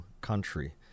country